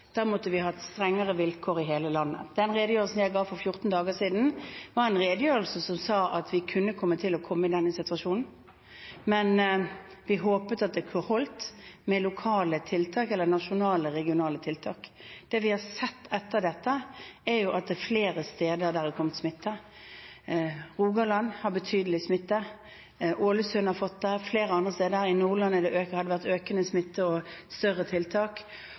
da måtte vi hatt strengere vilkår i hele landet. Den redegjørelsen jeg ga for 14 dager siden, var en redegjørelse som sa at vi kunne komme til å komme i denne situasjonen, men vi håpet at det holdt med lokale tiltak eller nasjonale regionale tiltak. Det vi har sett etter dette, er at det har kommet smitte flere steder. Rogaland har betydelig smitte, Ålesund har fått det – og flere andre steder. I Nordland har det vært økende smitte og større tiltak.